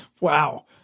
Wow